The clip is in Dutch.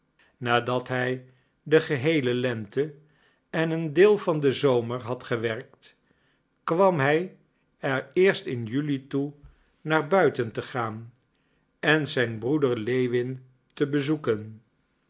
nadat hij de geheele lente en een deel van de zomer had gewerkt kwam hij er eerst in juli toe naar buiten te gaan en zijn broeder lewin te bezoeken